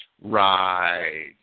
Right